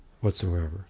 whatsoever